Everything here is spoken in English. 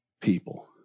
people